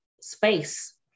space